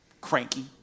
Cranky